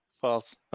False